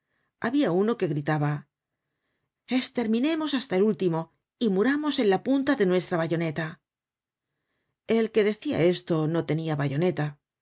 habia uno que gritaba esterminemos hasta el último y muramos en la punta de nuestra bayoneta el que decia esto no tenia bayoneta